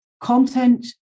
content